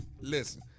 Listen